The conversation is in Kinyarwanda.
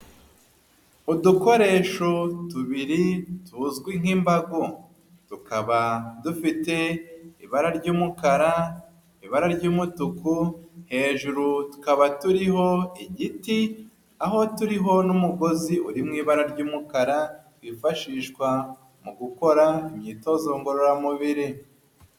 Udukoresho tubiri tuzwi nk'imbago. Tukaba dufite ibara ry'umukara, ibara ry'umutuku, hejuru tukaba turiho igiti, aho turiho n'umugozi uri mu ibara ry'umukara, wifashishwa mu gukora imyitozo ngororamubiri.